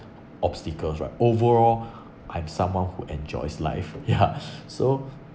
obstacles right overall I'm someone who enjoys life ya so